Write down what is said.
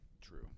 True